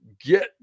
Get